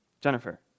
Jennifer